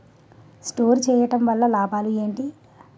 Store చేయడం వల్ల లాభాలు ఏంటి?